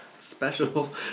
special